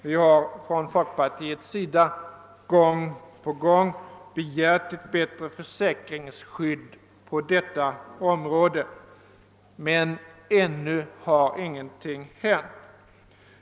Vi har från folkpartiets sida gång på gång begärt ett bättre försäkringsskydd på detta område, men ännu har ingenting hänt.